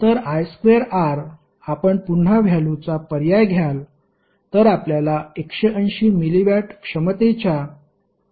तर i2R आपण पुन्हा व्हॅल्यूचा पर्याय घ्याल तर आपल्याला 180 मिलिवॅट क्षमतेच्या पॉवरची समान व्हॅल्यु मिळेल